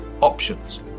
options